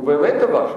הוא באמת טבע שם,